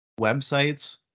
websites